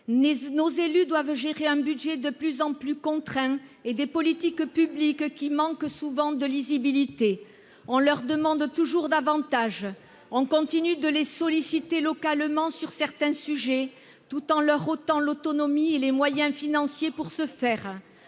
Nos élus doivent gérer un budget de plus en plus contraint et des politiques publiques qui manquent souvent de lisibilité. On leur demande toujours davantage ; on continue de les solliciter localement sur certains sujets, tout en leur ôtant l'autonomie et les moyens financiers pour ce faire.